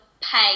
pay